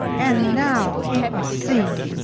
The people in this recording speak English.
and now came a scene!